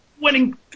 winning